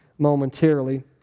momentarily